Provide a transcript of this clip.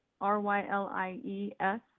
R-Y-L-I-E-S